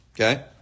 okay